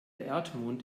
erdmond